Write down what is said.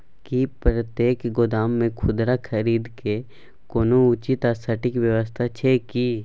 की प्रतेक गोदाम मे खुदरा खरीद के कोनो उचित आ सटिक व्यवस्था अछि की?